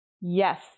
Yes